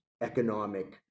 economic